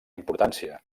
importància